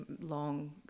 long